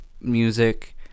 music